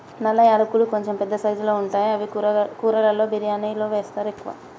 నల్ల యాలకులు కొంచెం పెద్ద సైజుల్లో ఉంటాయి అవి కూరలలో బిర్యానిలా వేస్తరు ఎక్కువ